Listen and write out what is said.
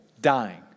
dying